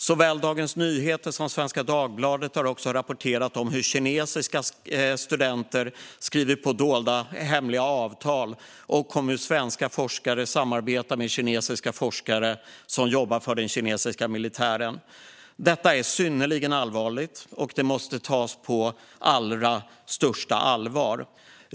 Såväl Dagens Nyheter som Svenska Dagbladet har rapporterat om hur kinesiska studenter skrivit på hemliga avtal och om hur svenska forskare samarbetar med kinesiska forskare som jobbar för den kinesiska militären. Detta är synnerligen allvarligt, och det måste tas på allra största allvar.